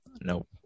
Nope